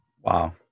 Wow